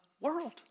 world